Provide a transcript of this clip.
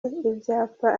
ibyapa